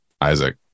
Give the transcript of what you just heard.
Isaac